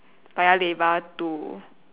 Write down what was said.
Paya-Lebar to